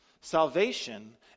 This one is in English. Salvation